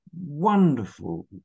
wonderful